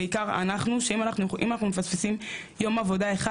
בעיקר אנחנו שאם אנחנו מפספסים יום עבודה אחד,